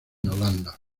holanda